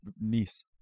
niece